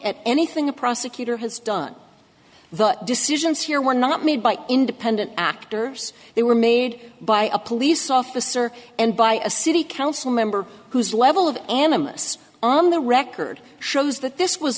at anything a prosecutor has done the decisions here were not made by independent actors they were made by a police officer and by a city council member whose level of animists on the record shows that this was